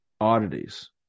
oddities